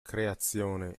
creazione